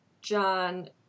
John